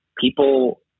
people